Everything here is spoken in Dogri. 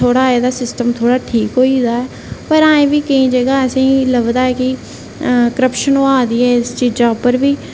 थोह्ड़ा एह्दा सिस्टम थोह्ड़ा ठीक होई गेदा ऐ पर ऐही बी केईं जगह असेंगी लभदा ऐ कि करप्शन होआ दी ऐ इस चीजै पर बी